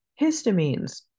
Histamines